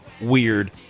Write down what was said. weird